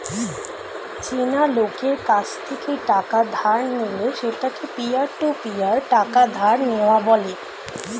চেনা লোকের কাছ থেকে টাকা ধার নিলে সেটাকে পিয়ার টু পিয়ার টাকা ধার নেওয়া বলে